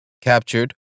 captured